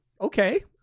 okay